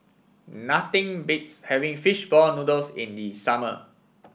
nothing beats having fish ball noodles in the summer